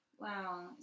Wow